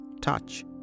touch